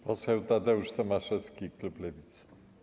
Poseł Tadeusz Tomaszewski, klub Lewicy.